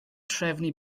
trefnu